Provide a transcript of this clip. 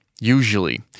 usually